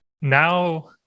now